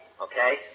okay